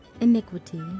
iniquity